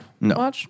No